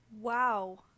wow